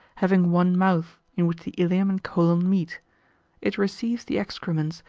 having one mouth, in which the ilium and colon meet it receives the excrements,